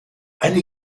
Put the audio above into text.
eine